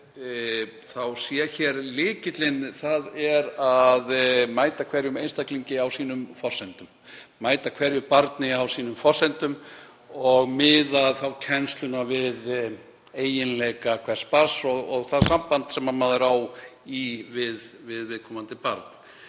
vék að, lykillinn hér að mæta hverjum einstaklingi á sínum forsendum, mæta hverju barni á sínum forsendum og miða þá kennsluna við eiginleika hvers barns og það samband sem maður á í við viðkomandi barn.